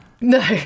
No